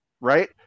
right